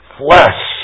flesh